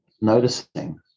noticing